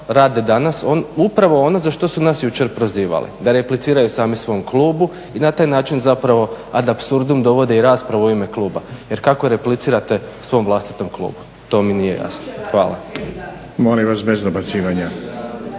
rade danas upravo ono za što su nas jučer prozivali, da repliciraju sami svom klubu i na taj način zapravo apsurdom dovode i raspravu u ime kluba. Jer kako replicirate svom vlastitom klubu? To mi nije jasno. … /Upadica se ne